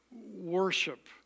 worship